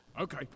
Okay